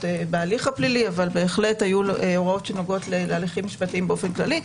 בהליך הפלילי אך בהחלט היו הוראות שהתייחסו להליכים המשפטיים באופן כללי.